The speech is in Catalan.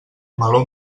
meló